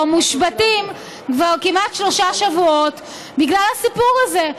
מושבתים כבר כמעט שלושה שבועות בגלל הסיפור הזה,